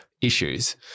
issues